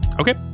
Okay